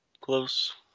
close